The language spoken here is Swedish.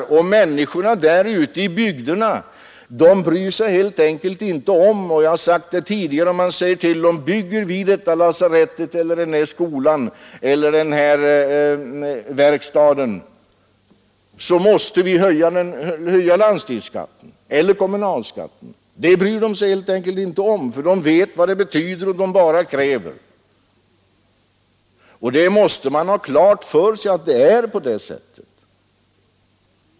Och säger man till människorna ute i bygderna — jag har framhållit detta tidigare — att det blir nödvändigt att höja landstingsskatten eller kommunalskatten om vi bygger detta lasarett eller denna skola eller denna verkstad, så bryr de sig helt enkelt inte om det. De vet vad det betyder och de bara kräver att få detta. Vi måste ha klart för oss att det är på det sättet.